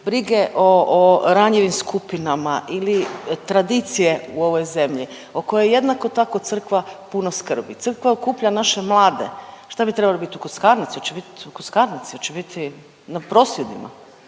brige o ranjivim skupinama ili tradicije u ovoj zemlji o kojoj jednako tako crkva puno skrbi. Crkva okuplja naše mlade. Šta bi trebali biti u kockarnici? Hoće biti u kockarnici,